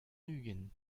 ugent